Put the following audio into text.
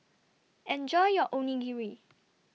Enjoy your Onigiri